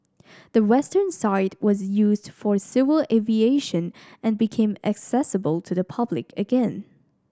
the western side was used for civil aviation and became accessible to the public again